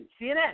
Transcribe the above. CNN